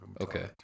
Okay